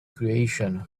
creation